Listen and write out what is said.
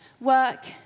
work